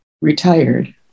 retired